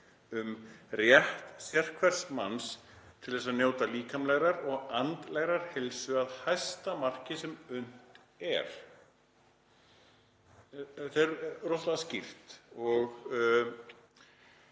rétt sérhvers manns til þess að njóta líkamlegrar og andlegrar heilsu að hæsta marki sem unnt er“.“ Þetta er rosalega skýrt og